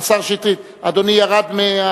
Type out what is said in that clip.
אדוני ירד,